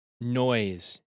noise